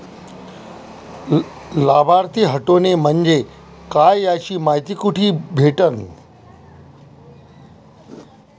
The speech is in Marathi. लाभार्थी हटोने म्हंजे काय याची मायती कुठी भेटन?